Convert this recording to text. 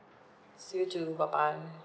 s~ you too bye bye